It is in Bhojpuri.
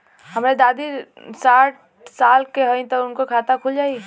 हमरे दादी साढ़ साल क हइ त उनकर खाता खुल जाई?